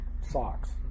socks